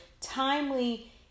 timely